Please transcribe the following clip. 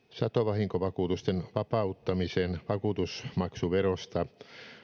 satovahinkovakuutusten vapauttamisen vakuutusmaksuverosta